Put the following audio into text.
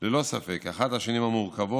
ללא ספק אחת השנים המורכבות